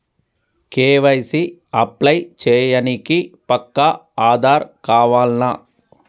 KYC apply చేయనీకి పక్కా ఆధార్ కావాల్నా?